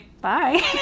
Bye